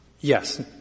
Yes